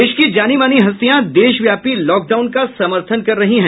देश की जानी मानी हस्तियां देशव्यापी लॉकडाउन का समर्थन कर रही हैं